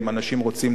אם אנשים רוצים,